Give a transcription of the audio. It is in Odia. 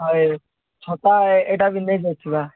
ହଁ ଏଇ ଛତା ଏଇଟା ବି ନେଇ ଯାଇଥିବା